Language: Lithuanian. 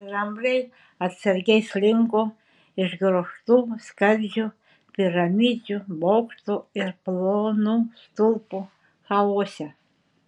drambliai atsargiai slinko išgraužtų skardžių piramidžių bokštų ir plonų stulpų chaose